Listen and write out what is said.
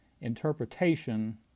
interpretation